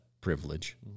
privilege